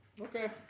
Okay